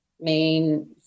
main